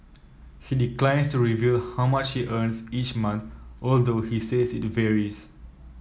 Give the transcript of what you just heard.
he declines to reveal how much he earns each month although he says it varies